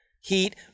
Heat